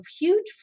huge